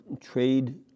trade